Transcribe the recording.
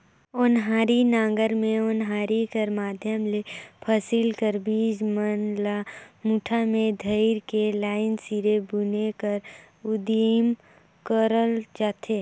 ओनारी नांगर मे ओनारी कर माध्यम ले फसिल कर बीज मन ल मुठा मे धइर के लाईन सिरे बुने कर उदिम करल जाथे